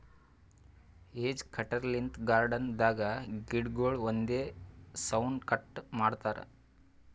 hedge cutter length garden ದಾಗ್ ಗಿಡಗೊಳ್ ಒಂದೇ ಸೌನ್ ಕಟ್ ಮಾಡ್ತಾರಾ